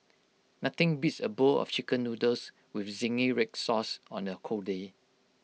nothing beats A bowl of Chicken Noodles with Zingy Red Sauce on A cold day